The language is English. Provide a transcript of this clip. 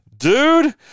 Dude